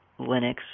Linux